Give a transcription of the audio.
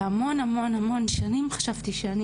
והמון המון שנים חשבתי שאני